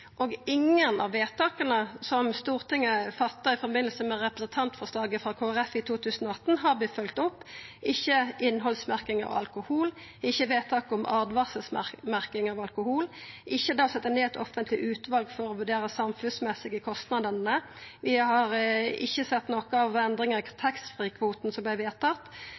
forbindelse med representantforslaget frå Kristeleg Folkeparti i 2018 har vorte følgde opp: ikkje innhaldsmerking av alkohol, ikkje vedtaket om åtvaringsmerking av alkohol, ikkje det å setja ned eit offentleg utval for å vurdera samfunnsmessige kostnader. Vi har ikkje sett nokre endringar av taxfree-kvota som vart vedteken, vi har enno ikkje fått alkoholstrategien, som